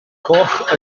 coch